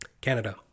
Canada